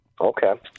Okay